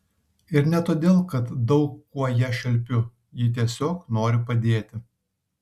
ir ne todėl kad daug kuo ją šelpiu ji tiesiog nori padėti